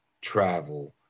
travel